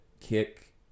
kick